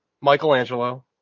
Michelangelo